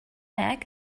egg